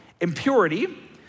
impurity